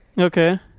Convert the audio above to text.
okay